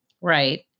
right